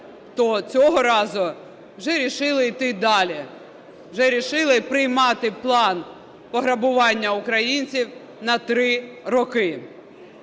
то цього разу вже рішили йти далі: вже рішили приймати план пограбування українців на 3 роки.